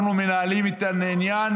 אנחנו מנהלים את העניין